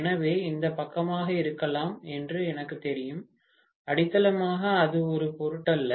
எனவே இந்த பக்கமாக இருக்கலாம் என்று எனக்குத் தெரியும் அடித்தளமாக அது ஒரு பொருட்டல்ல